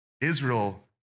israel